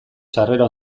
sarrera